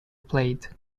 played